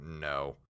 no